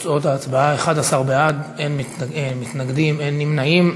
תוצאות ההצבעה: 11 בעד, אין מתנגדים, אין נמנעים.